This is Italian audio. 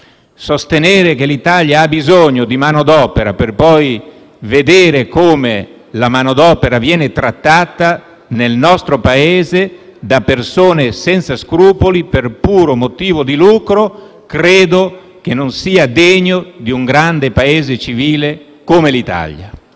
Sostenere che l'Italia ha bisogno di manodopera per poi vedere come la manodopera viene trattata nel nostro Paese, da persone senza scrupoli, per puro motivo di lucro, credo non sia degno di un grande Paese civile, come l'Italia.